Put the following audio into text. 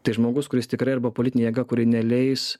tai žmogus kuris tikrai arba politinė jėga kuri neleis